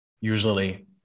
Usually